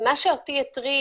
מה שהטריד אותי,